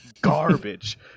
garbage